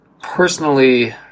personally